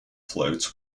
floats